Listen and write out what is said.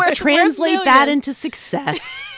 ah translate that into success